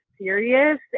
serious